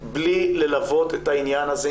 בלי ללוות את העניין הזה,